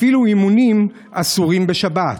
אפילו אימונים אסורים בשבת.